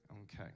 Okay